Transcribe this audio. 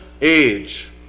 age